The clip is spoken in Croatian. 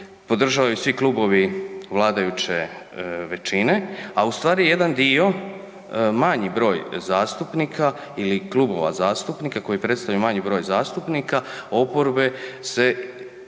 podržavaju i svi klubovi vladajuće većine, a u stvari jedan dio, manji broj zastupnika ili klubova zastupnika kojim predstoji manji broj zastupnika, oporbe se protivi